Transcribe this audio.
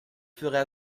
ferais